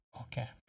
Okay